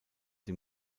dem